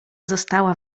została